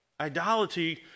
Idolatry